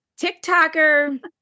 TikToker